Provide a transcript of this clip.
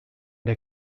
der